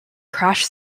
crash